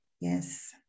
Yes